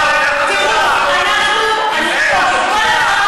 אני אומרת לך